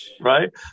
right